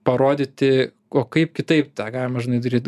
parodyti o kaip kitaip tą galima žinai daryt